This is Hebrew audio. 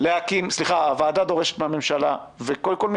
וקודם כול,